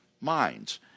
minds